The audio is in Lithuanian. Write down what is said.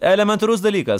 elementarus dalykas